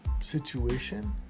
situation